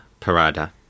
parada